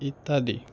ইত্যাদি